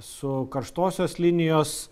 su karštosios linijos